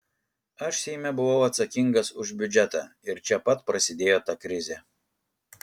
aš seime buvau atsakingas už biudžetą ir čia pat prasidėjo ta krizė